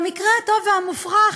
במקרה הטוב והמופרך,